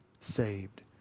saved